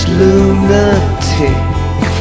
lunatic